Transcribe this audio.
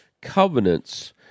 covenants